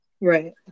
right